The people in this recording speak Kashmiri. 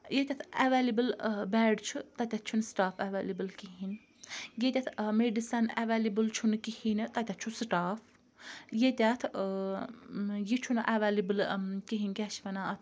ییٚتیٚتھ اَویلیبل بیٚڈ چھُ تَتیٚتھ چھُ نہٕ سٹاف اَویلیبل کِہینۍ ییٚتیٚتھ میٚڈِسَن اَویلیبل چھُنہٕ کہیٖنۍ نہ تَتیٚتھ چھُ سٹاف ییٚتیٚتھ یہِ چھُنہٕ اَویلیبل کہیٖنۍ کیاہ چھِ وَنان اَتھ